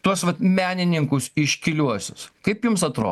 tuos vat menininkus iškiliuosius kaip jums atro